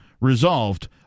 resolved